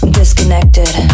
disconnected